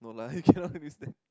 no lah you cannot use that